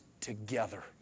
together